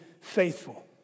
faithful